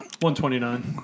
129